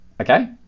Okay